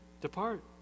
Depart